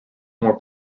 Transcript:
more